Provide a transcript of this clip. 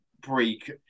break